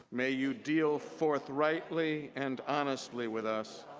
may you deal forthrightly and honestly with us,